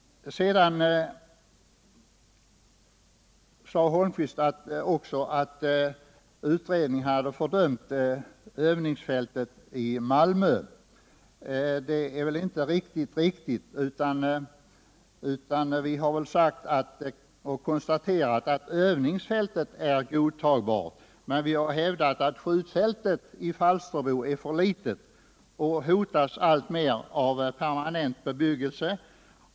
Herr Holmqvist sade också att utredningen hade utdömt övningsfältet i Malmö. Det är väl inte helt riktigt. Vi har konstaterat att övningsfältet är godtagbart men hävdat att skjutfältet i Falsterbo är för litet och alltmer hotas av permanent bebyggelse.